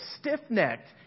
stiff-necked